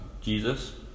Jesus